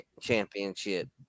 championship